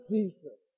Jesus